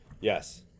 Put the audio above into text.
Yes